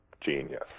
genius